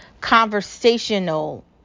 conversational